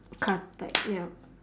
car type yup